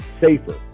safer